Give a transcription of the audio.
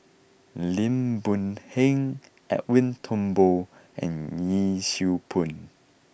Lim Boon Heng Edwin Thumboo and Yee Siew Pun